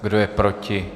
Kdo je proti?